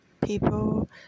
people